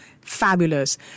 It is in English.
fabulous